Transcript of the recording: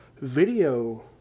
video